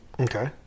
Okay